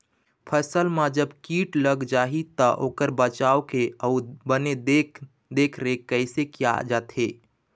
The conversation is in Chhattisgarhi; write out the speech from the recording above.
फसल मा जब कीट लग जाही ता ओकर बचाव के अउ बने देख देख रेख कैसे किया जाथे?